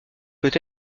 peut